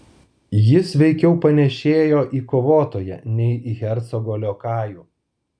jis veikiau panėšėjo į kovotoją nei į hercogo liokajų